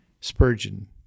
Spurgeon